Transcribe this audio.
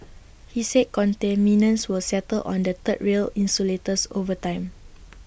he said contaminants will settle on the third rail insulators over time